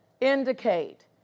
indicate